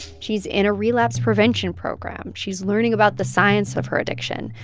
she's in a relapse prevention program. she's learning about the science of her addiction.